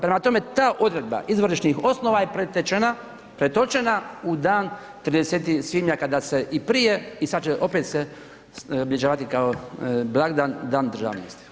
Prema tome, ta odredba izvorišnih osnova je pretočena u dan 30. svibnja kada se i prije i sad će opet se obilježavati kao blagdan, Dan državnosti.